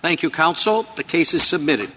thank you counsel the case is submitted